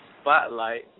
Spotlight